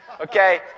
okay